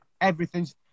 everything's